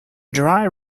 dry